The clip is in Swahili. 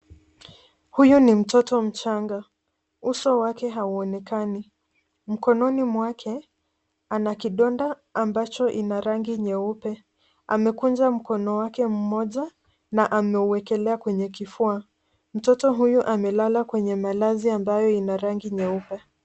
Huyu ni mtoto mchanga. Uso wake hauonekani. Mkononi mwake, ana kidonda ambacho ina rangi nyeupe. Amekunja mkono wake mmoja na ameuwekelea kwenye kifua. Mtoto huyu amelala kwenye malazi ambayo ina rangi nyeupe.